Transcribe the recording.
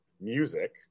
music